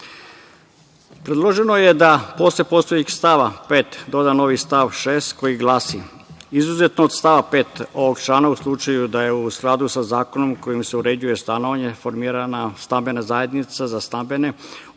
Predloženo je da se posle postojećeg stava 5. doda stav 6. koji glasi: „Izuzetno od stava 5. ovog člana, u slučaju da je u skladu sa zakonom kojim se uređuje stanovanje, formirana stambena zajednica za stambene, odnosno